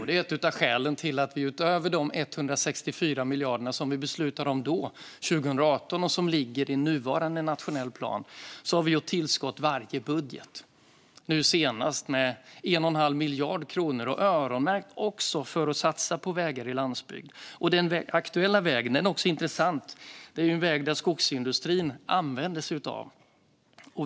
Det är ett av skälen till att vi utöver de 164 miljarder som vi beslutade om 2018 och som ligger i nuvarande nationell plan gör ett tillskott i varje budget, nu senast med 1 1⁄2 miljard kronor, öronmärkt för att satsa på vägar i landsbygd. Den aktuella vägen är intressant. Det är ju en väg som skogsindustrin använder sig av.